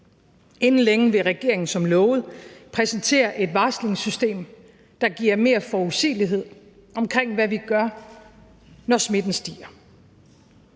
Inden længe vil regeringen som lovet præsentere et varslingssystem, der giver mere forudsigelighed omkring, hvad vi gør, når smitten stiger.